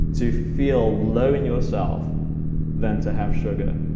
to feel low in yourself than to have sugar.